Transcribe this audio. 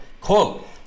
Quote